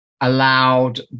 allowed